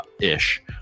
ish